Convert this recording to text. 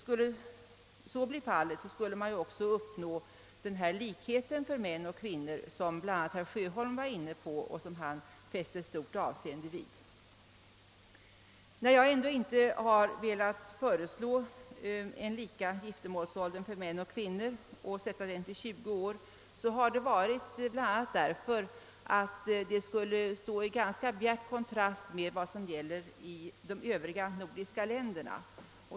Om så blir fallet skulle man också uppnå den likhet för män och kvinnor i detta fall som herr Sjöholm var inne på och fäste så stort avseende vid. När jag ändå inte har velat föreslå samma giftermålsålder för män och kvinnor och sätta den till 20 år har det bl.a. varit därför att detta skulle stå i ganska bjärt kontrast till vad som gäller i övriga nordiska länder.